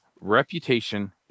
reputation